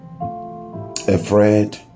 afraid